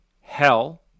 hell